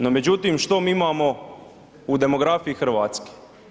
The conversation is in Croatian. No, međutim što mi imamo u demografiji Hrvatske?